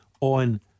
on